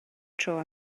tro